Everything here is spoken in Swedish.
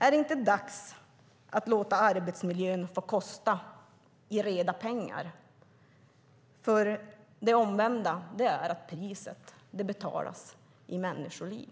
Är det inte dags att låta arbetsmiljön få kosta i reda pengar? Det omvända är att priset betalas i människoliv.